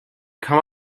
come